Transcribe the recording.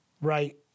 right